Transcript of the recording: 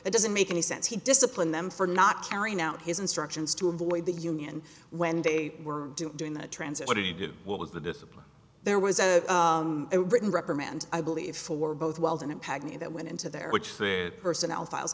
it doesn't make any sense he disciplined them for not carrying out his instructions to avoid the union when they were doing the transit what are you what was the discipline there was a written reprimand i believe for both wild and impact me that went into their which personnel files